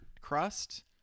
crust